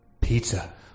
Pizza